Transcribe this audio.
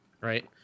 right